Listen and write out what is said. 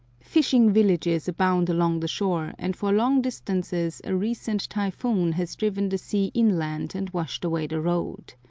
fishing villages abound along the shore, and for long distances a recent typhoon has driven the sea inland and washed away the road.